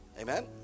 Amen